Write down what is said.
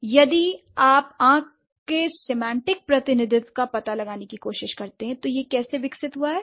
तो यदि आप आंख के सिमेंटिक प्रतिनिधित्व का पता लगाने की कोशिश करते हैं तो यह कैसे विकसित हुआ है